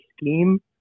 scheme